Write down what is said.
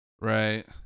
Right